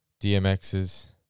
DMX's